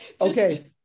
Okay